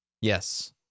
Yes